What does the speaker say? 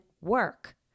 work